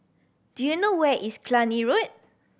do you know where is Cluny Road